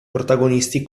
protagonisti